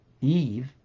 Eve